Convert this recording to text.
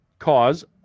cause